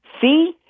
see